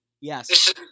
yes